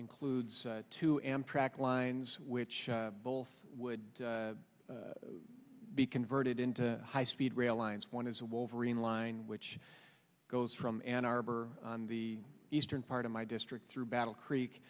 includes two amtrak lines which both would be converted into high speed rail lines one is a wolverine line which goes from ann arbor on the eastern part of my district through battle creek